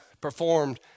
performed